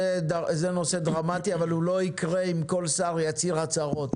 זה נושא דרמטי אבל הוא לא יקרה אם כל שר יצהיר הצהרות.